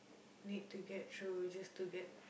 need to get through just to get